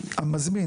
שהוזכרו.